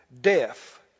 Death